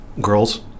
girls